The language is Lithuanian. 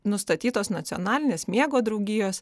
nustatytos nacionalinės miego draugijos